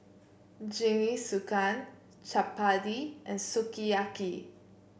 Jingisukan Chapati and Sukiyaki